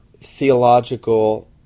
theological